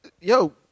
Yo